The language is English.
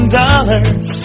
dollars